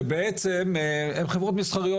שבעצם הן חברות מסחריות,